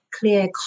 clear